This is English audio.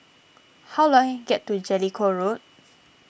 how do I get to Jellicoe Road